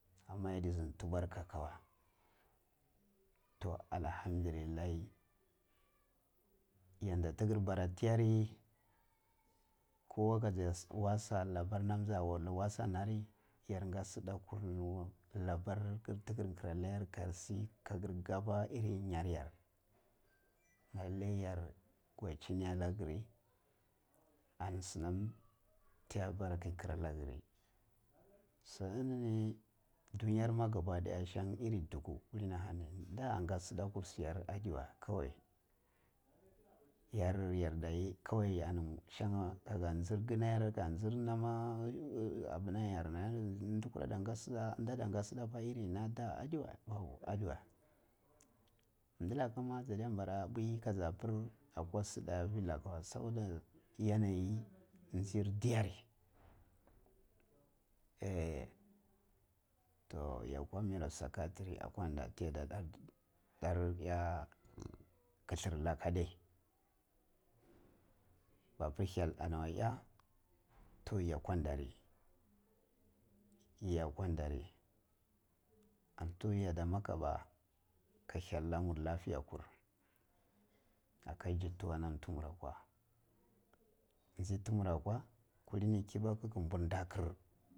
Amma yadi zindi tibwar kaka weh toh allahamdirillahi yanda tikkir bara tiyari kowa kaja wachiha labar namti jaw a tsiha na ri yarnga sidakur labar ti gir kira na yar kayar shi kagir kaba irin nyaryar lalle yar kwaichini alla giri ani sinam tiya bara ke gira la giri shi ini ni dunyar ma gabadaya shan iri duku kulini ahani da nga sida kur siyari adi we kowai yar yardayi kowai ani shan’nha kaka nji ginna yarah ri kaka ji nama di kura ah nga sidda iri na da adi weh babu adi weh di lakama jada nbara puyi kaya oir akwa sida fi laka weh saudar yannayi jir diyari toh ya kwa niro psychiatric akwanda ti yadda tar iya kilir laka adai mabur hyal anna iya toh ya kwanda ri yakwan dari an tu yadda makaba ka hyal lamu lafiyakkur aka tjittua ti mura kwa ji timura kwa kullini kibaku bur ta kir.